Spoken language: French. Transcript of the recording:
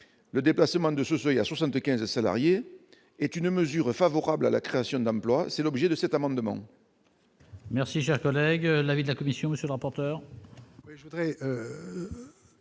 le dépassement de ce seuil à 75 salariés est une mesure favorable à la création d'emplois, c'est l'objet de cet amendement.